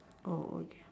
oh okay